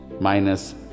minus